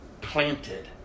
planted